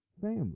family